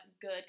good